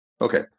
Okay